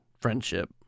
friendship